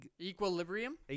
equilibrium